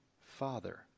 father